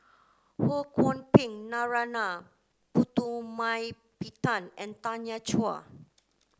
Ho Kwon Ping Narana Putumaippittan and Tanya Chua